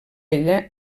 ella